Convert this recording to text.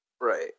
Right